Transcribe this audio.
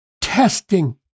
testing